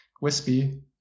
wispy